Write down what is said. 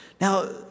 Now